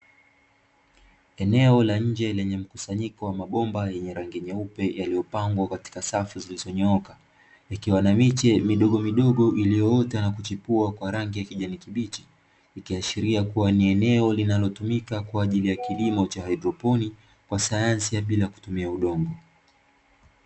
Eneo la nje lenye mkusanyiko wa mabomba yenye rangi nyeupe yaliyopangwa katika safu zilizonyooka, ikiwa na miche midogomidogo iliyoota na kuchipua kwa rangi ya kijani kibichi, ikiashiria kuwa ni eneo linalotumika kwa ajili ya kilimo cha haidroponi, kwa sanyansi ya bila kutumia udongo.